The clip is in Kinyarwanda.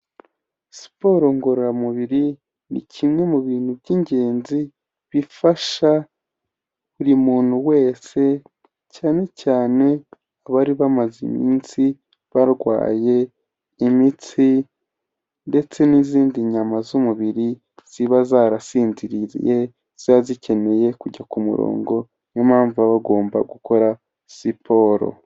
Siporo ngororamubiri, ni kimwe mu bintu by'ingenzi bifasha buri muntu wese cyane cyane abari bamaze iminsi barwaye imitsi ndetse n'izindi nyama z'umubiri, ziba zarasinziriye zibz zikeneye kujya ku murongo, niyo mpamvu bagomba gukora siporo.